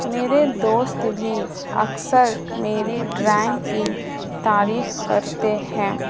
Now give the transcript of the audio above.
میرے دوست بھی اکثر میری ڈرائنگ کی تعریف کرتے ہیں